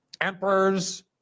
emperors